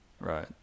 Right